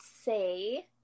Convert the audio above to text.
say